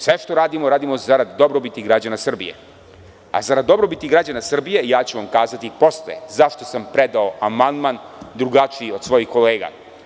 Sve što radimo, radimo zarad dobrobiti građana Srbije, a zarad dobrobiti građana Srbije ja ću vam kazati posle zašto sam predao amandman drugačiji od svojih kolega.